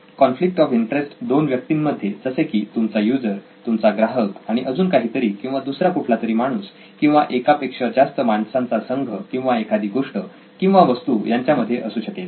conflict of interest दोन व्यक्तींमध्ये जसे की तुमचा यूजर तुमचा ग्राहक आणि अजून काहीतरी किंवा दुसरा कुठला तरी माणूस किंवा एकापेक्षा जास्त माणसांचा संघ किंवा एखादी गोष्ट किंवा वस्तू यांच्यामध्ये असू शकेल